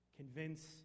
Convince